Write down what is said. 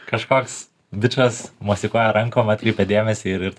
kažkoks bičas mosikuoja rankom atkreipia dėmesį ir ir